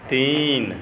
तीन